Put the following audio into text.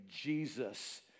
Jesus